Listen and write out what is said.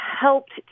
helped